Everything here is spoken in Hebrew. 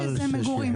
בתנאי שזה למגורים.